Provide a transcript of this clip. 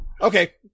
okay